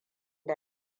da